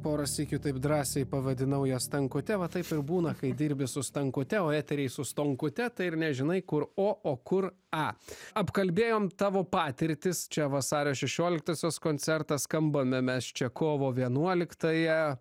porą sykių taip drąsiai pavadinau ją stankute va taip ir būna kai dirbi su stankute o eteryje su stonkute tai ir nežinai kur o kur a apkalbėjom tavo patirtis čia vasario šešioliktosios koncertą skambame mes čia kovo vienuoliktąją